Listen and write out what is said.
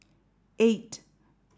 eight